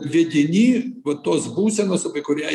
vedini va tos būsenos apie kurią